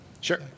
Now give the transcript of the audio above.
Sure